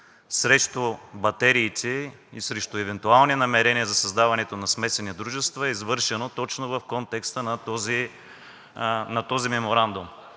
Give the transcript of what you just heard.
срещу батериите и срещу евентуални намерения за създаването на смесени дружества е извършено точно в контекста на този меморандум.